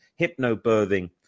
hypnobirthing